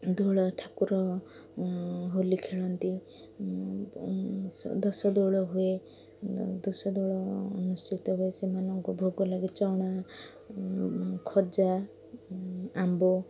ଦୋଳଠାକୁର ହୋଲି ଖେଳନ୍ତି ଦଶଦୋଳ ହୁଏ ଦଶଦୋଳ ସେମାନଙ୍କୁ ଭୋଗ ଲାଗେ ଚଣା ଖଜା ଆମ୍ବ